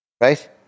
Right